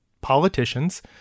politicians